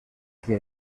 que